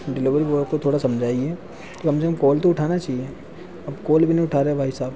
delivery boy को थोड़ा समझाइए कि कम से कम कोफोन तो उठाना चाहिए अब कोल भी नहीं उठा रहें भाई साहब